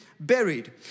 buried